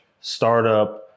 startup